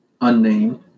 unnamed